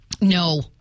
No